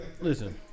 Listen